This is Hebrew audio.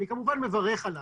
אני כמובן מברך עליו,